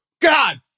god